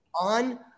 On